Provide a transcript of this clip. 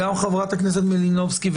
גם חברת הכנסת מלינובסקי,